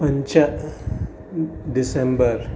पञ्च डिसेम्बर्